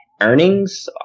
earnings